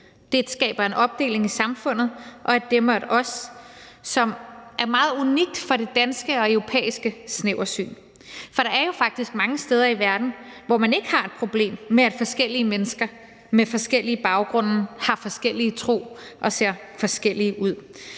Det skaber en opdeling i samfundet og et »dem« og et »os«, som er meget unikt for det danske og europæiske snæversyn. For der er jo faktisk mange steder i verden, hvor man ikke har et problem med, at forskellige mennesker med forskellige baggrunde har forskellige tro og ser forskellige ud;